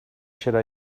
should